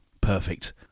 Perfect